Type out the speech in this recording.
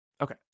Okay